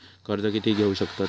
कर्ज कीती घेऊ शकतत?